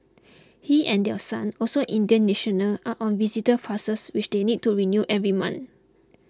he and their son also an Indian national are on visitor passes which they need to renew every month